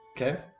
Okay